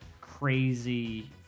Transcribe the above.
crazy